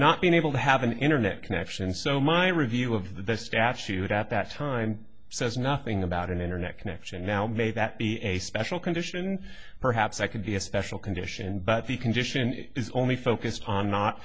not being able to have an internet connection so my review of the statute at that time says nothing about an internet connection now may that be a special condition perhaps i could be a special condition but the condition is only focused on not